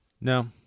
No